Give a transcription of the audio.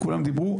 כולם דיברו,